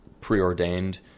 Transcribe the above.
preordained